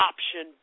Option